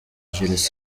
jules